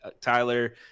Tyler